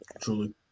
Truly